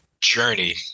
journey